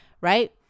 right